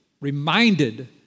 reminded